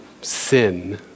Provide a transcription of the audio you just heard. sin